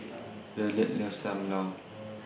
Violet loves SAM Lau